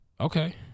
Okay